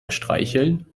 streicheln